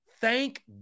Thank